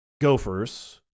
gophers